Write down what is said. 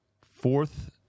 Fourth